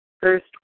first